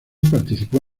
participó